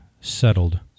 settled